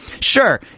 Sure